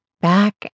back